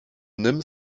nim